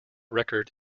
record